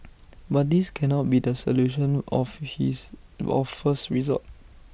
but this cannot be the solution of his of first resort